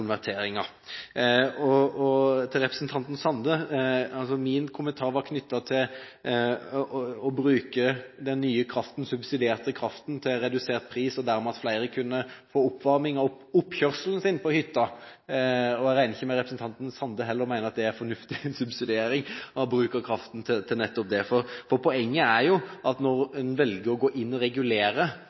nye subsidierte kraften til redusert pris og dermed at flere kunne få oppvarming av oppkjørselen sin på hytta. Jeg regner ikke med at representanten Sande heller mener at det er fornuftig subsidiering å bruke kraften til det. Poenget er at når en velger å gå inn og regulere